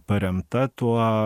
paremta tuo